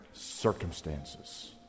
circumstances